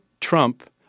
trump –